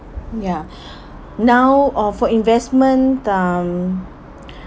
ya now orh for investment um